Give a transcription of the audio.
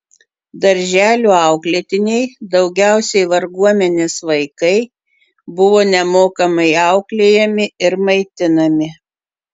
darželių auklėtiniai daugiausiai varguomenės vaikai buvo nemokamai auklėjami ir maitinami